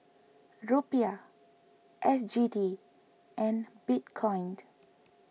Rupiah S G D and Bitcoin